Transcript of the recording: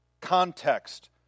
context